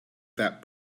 that